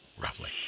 Roughly